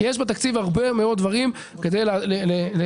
יש בתקציב הרבה מאוד דברים כדי לשפר.